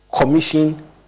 commission